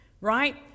Right